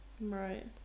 Right